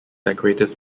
decorative